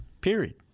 Period